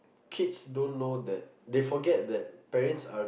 kids don't know that they forget that parents are